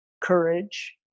courage